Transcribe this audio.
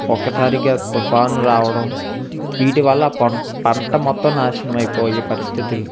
ఒక్కసారిగా తుఫాన్ రావడం వీటివల్ల పం పంట మొత్తం నాశనం అయిపోయే పరిస్థితులు